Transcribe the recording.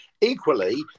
equally